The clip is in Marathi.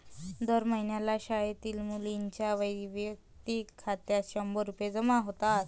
दर महिन्याला शाळेतील मुलींच्या वैयक्तिक खात्यात शंभर रुपये जमा होतात